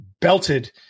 belted